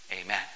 Amen